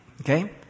Okay